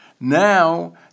Now